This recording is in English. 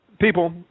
people